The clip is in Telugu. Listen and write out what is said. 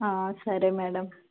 సరే మేడం